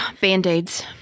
Band-Aids